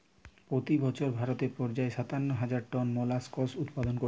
পোতি বছর ভারত পর্যায়ে সাতান্ন হাজার টন মোল্লাসকস উৎপাদন কোরছে